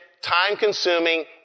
time-consuming